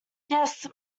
yes